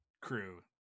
crew